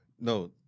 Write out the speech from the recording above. No